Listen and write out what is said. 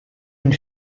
une